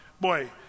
Boy